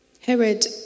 Herod